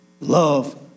love